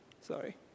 sorry